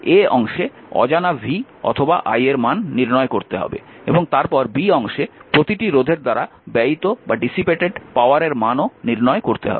অজানা v অথবা i এর মান নির্ণয় করতে হবে এবং তারপর প্রতিটি রোধের দ্বারা ব্যয়িত পাওয়ারের মানও নির্ণয় করতে হবে